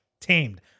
tamed